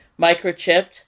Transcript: microchipped